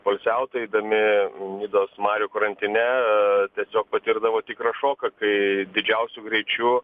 poilsiautojai eidami nidos marių krantine tiesiog patirdavo tikrą šoką kai didžiausiu greičiu